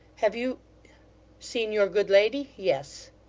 have you seen your good lady? yes